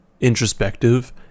introspective